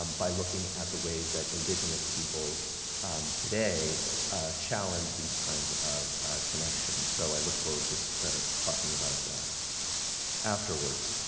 um by looking at the ways that indigenous peoples today challenge these kinds of connections. so i look forward to talking about that afterwards.